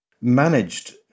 Managed